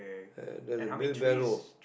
uh there's a wheel barrow